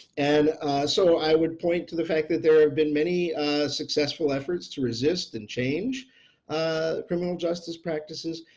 and so i would point to the fact that there have been many successful efforts to resist and change criminal justice practices.